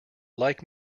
like